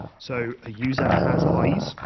so a user has eyes,